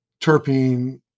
terpene